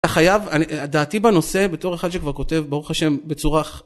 חייב, דעתי בנושא, בתור אחד שכבר כותב, ברוך השם, בצורה